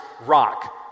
rock